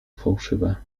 fałszywe